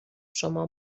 شما